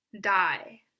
die